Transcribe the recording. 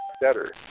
better